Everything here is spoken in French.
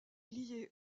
liée